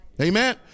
Amen